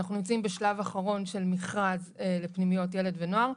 אנחנו נמצאים בשלב אחרון של מכרז לפנימיות ילד ונוער,